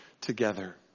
together